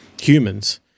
humans